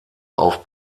auf